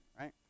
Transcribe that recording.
right